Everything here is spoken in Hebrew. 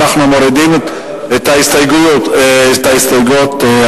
אנחנו מורידים את ההסתייגות הזאת.